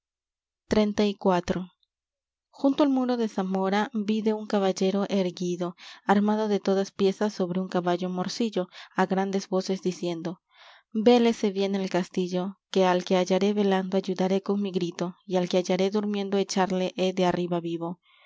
xxxiv junto al muro de zamora vide un caballero erguido armado de todas piezas sobre un caballo morcillo á grandes voces diciendo vélese bien el castillo que al que hallaré velando ayudaré con mi grito y al que hallaré durmiendo echarle he de arriba vivo